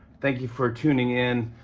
thank you for tuning in.